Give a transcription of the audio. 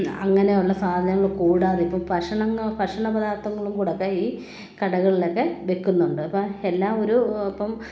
അങ്ങനെയുള്ള സാധനങ്ങൾ കൂടാതെ ഇപ്പം ഭക്ഷണങ്ങൾ ഭക്ഷണപദാർത്ഥങ്ങളും കൂടെ അപ്പം ഈ കടകളിലൊക്കെ വിൽക്കുന്നുണ്ട് ഇപ്പം എല്ലാ ഒരു ഇപ്പം